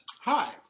Hi